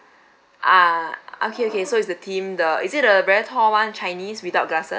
ah okay okay so it's the team the is it the very tall [one] chinese without glasses